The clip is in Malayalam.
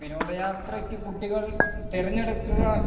വിനോദയാത്രയ്ക്ക് കുട്ടികൾ തിരഞ്ഞെടുക്കുക